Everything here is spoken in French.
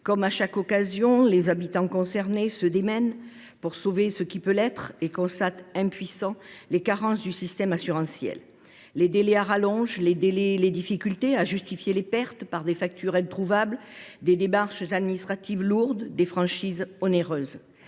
Comme à chaque occasion, les habitants concernés se démènent pour sauver ce qui peut l’être et constatent, impuissants, les carences du système assurantiel : délais à rallonge, difficultés à justifier les pertes par des factures introuvables, démarches administratives lourdes et franchises onéreuses.